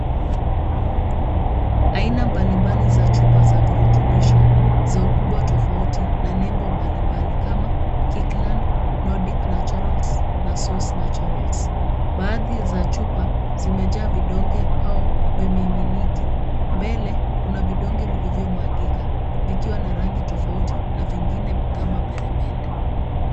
Aina mbali mbali za chupa za virutubisho, za ukubwa tofauti na nembo mbali mbali kama Kikland, Nordic Naturals na Source Naturals . Baadhi ya chupa zimejaa vidonge au vimiminiki. Mbele kuna vidonge vilivyomwagika vikiwa na rangi tofauti na vingine kama peremende.